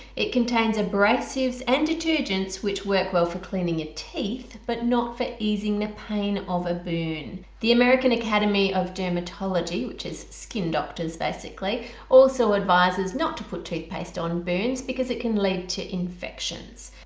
it contains abrasives and detergents which work well for cleaning your teeth but not for easing the pain of a burn. the american academy of dermatology which is skin doctors basically also advises not to put toothpaste on burns because it can lead to infections.